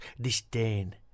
disdain